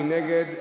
מי נגד?